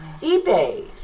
eBay